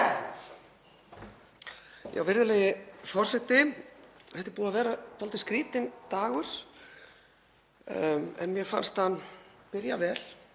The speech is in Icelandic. Virðulegi forseti. Þetta er búið að vera dálítið skrýtinn dagur en mér fannst hann byrja vel